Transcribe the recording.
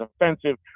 offensive